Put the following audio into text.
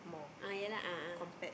ah ya lah a'ah